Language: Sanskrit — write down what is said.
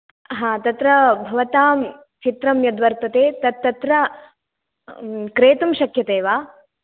हा तत्र भवतां चित्रं यद्वर्तते तत् तत्र क्रेतुं शक्यते वा